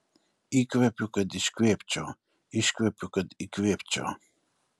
įkvepiu kad iškvėpčiau iškvepiu kad įkvėpčiau